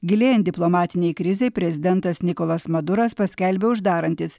gilėjan diplomatinei krizei prezidentas nikolas maduras paskelbė uždarantis